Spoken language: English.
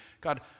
God